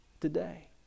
today